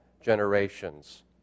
generations